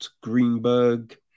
Greenberg